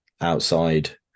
outside